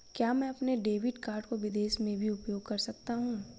क्या मैं अपने डेबिट कार्ड को विदेश में भी उपयोग कर सकता हूं?